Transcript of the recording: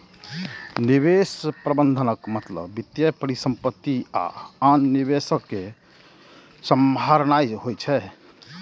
निवेश प्रबंधनक मतलब वित्तीय परिसंपत्ति आ आन निवेश कें सम्हारनाय होइ छै